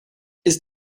ist